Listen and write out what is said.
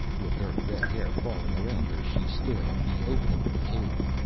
with her red hair falling around her, she stood at the opening of the cave,